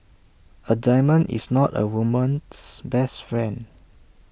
A diamond is not A woman's best friend